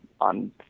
on